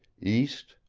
east,